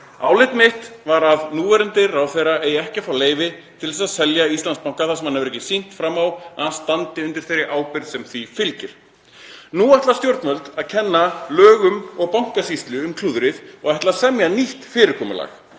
Álit mitt var að núverandi ráðherra eigi ekki að fá leyfi til að selja Íslandsbanka þar sem hann hefur ekki sýnt fram á að hann standi undir þeirri ábyrgð sem því fylgir. Nú ætla stjórnvöld að kenna lögum og Bankasýslu um klúðrið og ætla að semja nýtt fyrirkomulag.